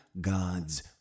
God's